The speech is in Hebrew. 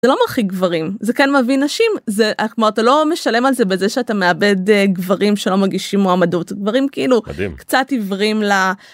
זה לא מרחיק גברים, זה כן מביא נשים. זה כמו אתה לא משלם על זה בזה שאתה מאבד גברים שלא מגישים מועמדות. גברים כאילו קצת עיוורים.